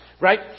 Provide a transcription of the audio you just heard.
right